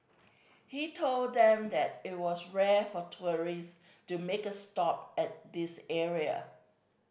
he told them that it was rare for tourist to make a stop at this area